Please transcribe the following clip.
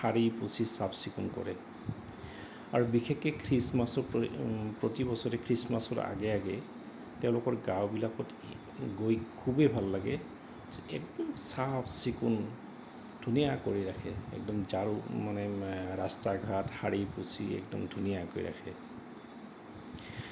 সাৰি পুচি চাফ চিকুণ কৰে আৰু বিশেষকে খ্ৰীষ্টমাছৰ প্ৰতি বছৰে খ্ৰীষ্টমাছৰ আগে আগে তেওঁলোকৰ গাঁওবিলাকত গৈ খুবেই ভাল লাগে একদম চাফ চিকুণ ধুনীয়া কৰি ৰাখে একদম জাৰু মানে ৰাস্তা ঘাট সাৰি পুচি একদম ধুনীয়াকৈ ৰাখে